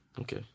Okay